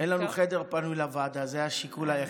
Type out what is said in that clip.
אין לנו חדר פנוי לוועדה, זה השיקול היחיד.